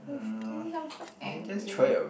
with this I'm so angry